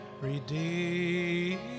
Redeemed